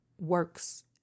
works